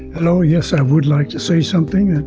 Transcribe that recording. hello. yes, i would like to say something.